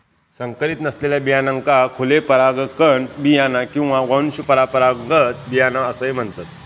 संकरीत नसलेल्या बियाण्यांका खुले परागकण बियाणा किंवा वंशपरंपरागत बियाणा असाही म्हणतत